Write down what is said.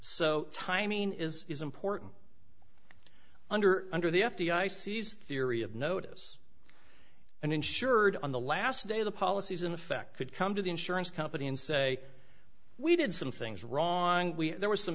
so timing is important under under the f b i sees theory of notice and ensured on the last day the policies in effect could come to the insurance company and say we did some things wrong we there was some